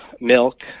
milk